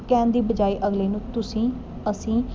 ਕਹਿਣ ਦੀ ਬਜਾਇ ਅਗਲੇ ਨੂੰ ਤੁਸੀਂ ਅਸੀਂ